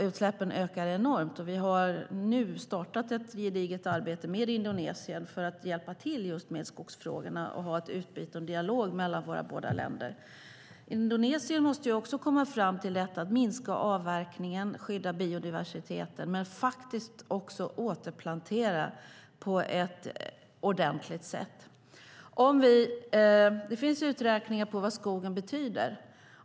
Utsläppen ökar enormt, och vi har nu startat ett gediget arbete med Indonesien för att hjälpa till med skogsfrågorna och ha ett utbyte och en dialog mellan våra båda länder. Indonesien måste också komma fram till att minska avverkningen och skydda biodiversiteten men också att återplantera på ett ordentligt sätt. Det finns uträkningar på vad skogen betyder.